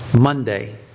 Monday